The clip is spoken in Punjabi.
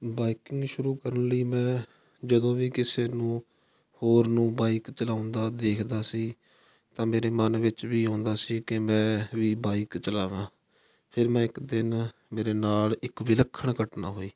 ਬਾਈਕਿੰਗ ਸ਼ੁਰੂ ਕਰਨ ਲਈ ਮੈਂ ਜਦੋਂ ਵੀ ਕਿਸੇ ਨੂੰ ਹੋਰ ਨੂੰ ਬਾਈਕ ਚਲਾਉਂਦਾ ਦੇਖਦਾ ਸੀ ਤਾਂ ਮੇਰੇ ਮਨ ਵਿੱਚ ਵੀ ਆਉਂਦਾ ਸੀ ਕਿ ਮੈਂ ਵੀ ਬਾਈਕ ਚਲਾਵਾਂ ਫਿਰ ਮੈਂ ਇੱਕ ਦਿਨ ਮੇਰੇ ਨਾਲ ਇੱਕ ਵਿਲੱਖਣ ਘਟਨਾ ਹੋਈ